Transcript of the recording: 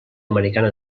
americana